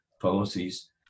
policies